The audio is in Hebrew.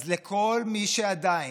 אז לכל מי שעדיין,